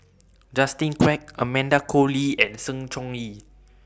Justin Quek Amanda Koe Lee and Sng Choon Yee